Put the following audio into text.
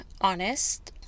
honest